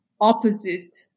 opposite